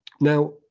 Now